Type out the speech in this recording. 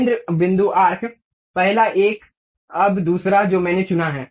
केंद्र बिंदु आर्क पहला एक अब दूसरा जो मैंने चुना है